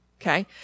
Okay